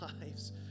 lives